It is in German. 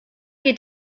geht